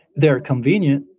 they're convenient,